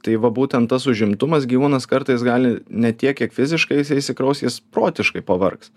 tai va būtent tas užimtumas gyvūnas kartais gali ne tiek kiek fiziškai jisai išsikrauti jis protiškai pavargs